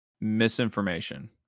Misinformation